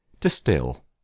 Distill